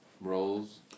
roles